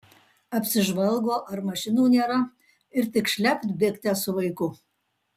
apsižvalgo ar mašinų nėra ir tik šlept bėgte su vaiku